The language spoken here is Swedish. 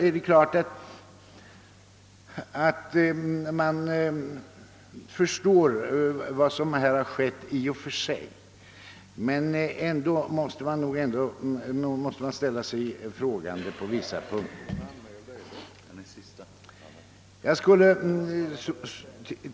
Även om man förstår motivet bakom vad som här har skett, måste man ändå ställa sig frågande på vissa punkter.